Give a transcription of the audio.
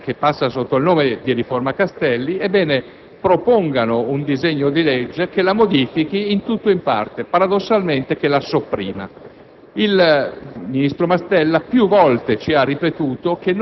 condiviso in tutto o in parte la riforma che passa sotto il nome di riforma Castelli, avrebbero potuto proporre un disegno di legge che la modificasse in tutto o in parte, paradossalmente che la sopprimesse.